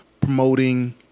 promoting